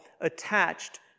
attached